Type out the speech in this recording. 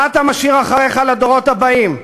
מה אתה משאיר אחריך לדורות הבאים?